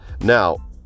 Now